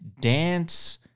dance